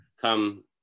come